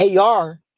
AR